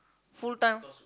full time